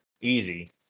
Easy